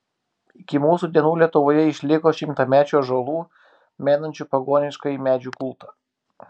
iki mūsų dienų lietuvoje išliko šimtamečių ąžuolų menančių pagoniškąjį medžių kultą